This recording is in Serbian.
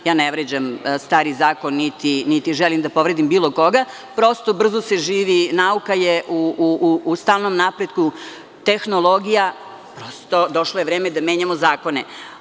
Ja ne vređam stari zakon, niti želim da povredim bilo koga, prosto, brzo se živi, nauka je u stalnom napretku, tehnologija, došlo je vreme da menjamo zakone.